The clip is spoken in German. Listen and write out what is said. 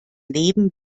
leben